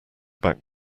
back